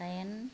दाइन